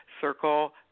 Circle